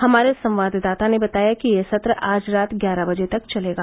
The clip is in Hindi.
हमारे संवाददाता ने बताया कि यह सत्र आज रात ग्यारह बजे तक चलेगा